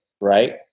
right